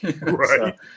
Right